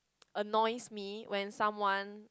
annoys me when someone